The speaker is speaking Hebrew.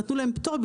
נתנו להם פטור.